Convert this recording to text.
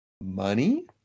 money